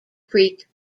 creek